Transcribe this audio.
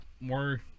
more